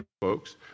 Folks